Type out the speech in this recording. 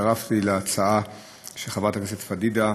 הצטרפתי להצעה של חברת הכנסת פדידה,